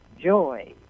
joy